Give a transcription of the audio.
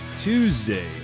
Tuesday